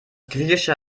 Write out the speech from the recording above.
griechische